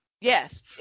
yes